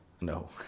no